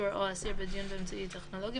עצור או אסיר בדיון באמצעי טכנולוגי,